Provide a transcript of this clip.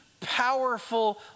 powerful